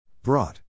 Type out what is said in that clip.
Brought